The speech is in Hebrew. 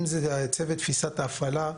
אם זה צוות תפיסת ההפעלה,